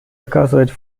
оказывать